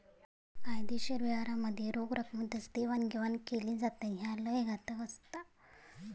बेकायदेशीर व्यवहारांमध्ये रोख रकमेतच देवाणघेवाण केली जाता, ह्या लय घातक असता